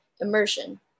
immersion